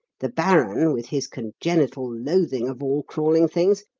the baron, with his congenital loathing of all crawling things,